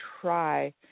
try